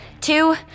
two